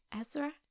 Ezra